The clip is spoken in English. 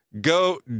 go